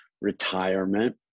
retirement